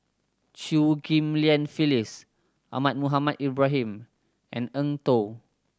Chew Ghim Lian Phyllis Ahmad Mohamed Ibrahim and Eng Tow